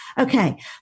Okay